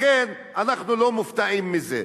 לכן, אנחנו לא מופתעים מזה.